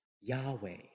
Yahweh